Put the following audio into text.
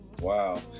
wow